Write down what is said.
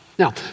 Now